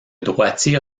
droitier